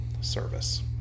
service